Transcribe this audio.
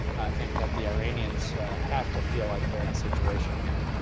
think that the iranians have to field like they're in a situation here